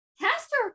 Caster